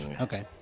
Okay